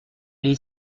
les